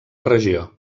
regió